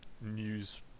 news